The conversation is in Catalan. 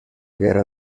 guerra